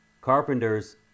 Carpenters